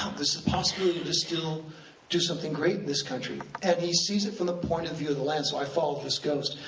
um possibility to still do something great in this country. and he sees it from the point of view of the land, so i followed this ghost.